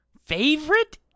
favorite